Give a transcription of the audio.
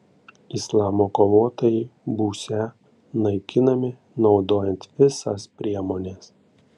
islamo kovotojai būsią naikinami naudojant visas priemones